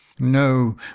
No